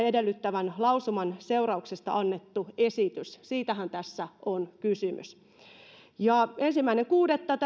edellyttävän lausuman seurauksesta annettu esitys siitähän tässä on kysymys ensimmäinen kuudetta